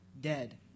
dead